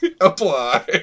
Apply